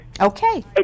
Okay